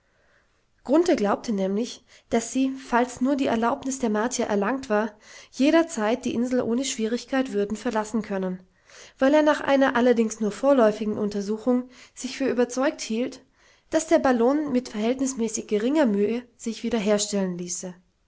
glaubte nämlich daß sie falls nur die erlaubnis der martier erlangt war jederzeit die insel ohne schwierigkeit würden verlassen können weil er nach einer allerdings nur vorläufigen untersuchung sich für überzeugt hielt daß der ballon mit verhältnismäßig geringer mühe sich wieder herstellen ließe